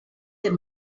der